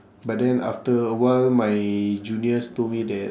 but then after a while my juniors told me that